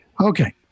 okay